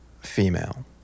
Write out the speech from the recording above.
female